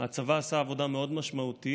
הצבא עשה עבודה מאוד משמעותית,